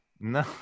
No